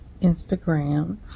Instagram